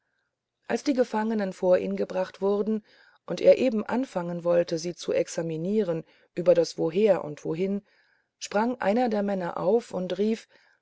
als die gefangenen vor ihn gebracht wurden und er eben anfangen wollte sie zu examinieren über das woher und wohin sprang einer der männer auf und rief